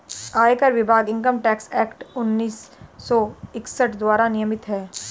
आयकर विभाग income tax act उन्नीस सौ इकसठ द्वारा नियमित है